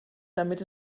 damit